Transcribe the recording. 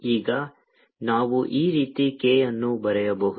ಈಗ ನಾವು ಈ ರೀತಿ k ಅನ್ನು ಬರೆಯಬಹುದು